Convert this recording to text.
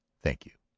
thank you.